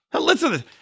Listen